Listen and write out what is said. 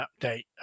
update